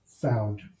found